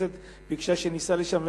והכנסת ביקשה שניסע לשם,